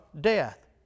death